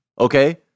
okay